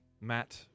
Matt